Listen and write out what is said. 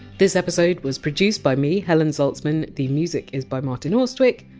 this episode was produced by me, helen zaltzman. the music is by martin austwick,